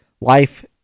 life